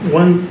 one